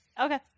Okay